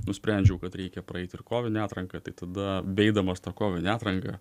nusprendžiau kad reikia praeit ir kovinę atranką tai tada beeidamas tą kovinę atranką